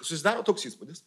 susidaro toks įspūdis